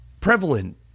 prevalent